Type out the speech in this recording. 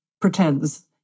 pretends